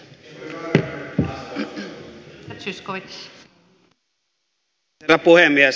arvoisa rouva puhemies